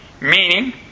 Meaning